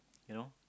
you know